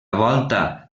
volta